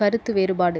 கருத்து வேறுபாடு